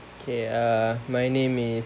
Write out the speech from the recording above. okay uh my name is